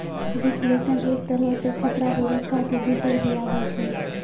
विश्लेषण एक तरहो से खतरा व्यवस्था के भीतर भी आबै छै